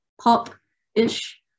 pop-ish